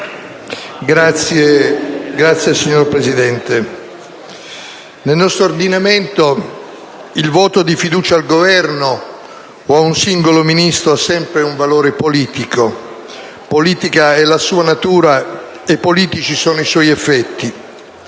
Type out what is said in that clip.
*(PD)*. Signor Presidente, nel nostro ordinamento il voto di fiducia al Governo o ad un singolo Ministro ha sempre un valore politico. Politica è la sua natura e politici sono i suoi effetti,